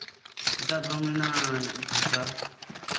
ᱮᱴᱟᱜ ᱫᱷᱚᱨᱚᱢ ᱨᱮᱱᱟᱜ ᱵᱷᱟᱥᱟ